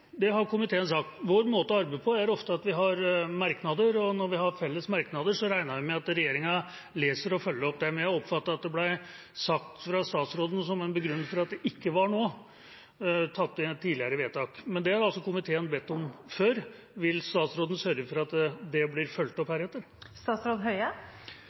det har komiteen sagt. Vår måte å arbeide på er ofte at vi har merknader, og når vi har felles merknader, regner jeg med at regjeringa leser og følger opp dem. Jeg oppfattet at det ble sagt av statsråden som en begrunnelse for at det nå ikke var tatt inn tidligere vedtak. Men det har altså komiteen bedt om før. Vil statsråden sørge for at det blir fulgt opp